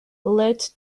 led